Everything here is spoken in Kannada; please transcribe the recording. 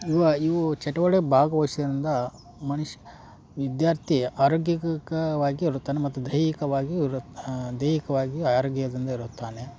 ಇವ ಇವು ಚಟುವಟಿಕೆ ಭಾಗವಯ್ಸುದರಿಂದ ಮನುಷ್ಯ ವಿದ್ಯಾರ್ಥಿಯ ಆರೋಗ್ಯಕಕವಾಗಿ ಇರುತ್ತಾನೆ ಮತ್ತು ದೈಹಿಕವಾಗಿಯು ಇರು ದೈಹಿಕವಾಗಿಯು ಆರೋಗ್ಯದಿಂದ ಇರುತ್ತಾನೆ